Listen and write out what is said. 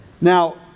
Now